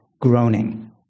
Groaning